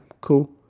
cool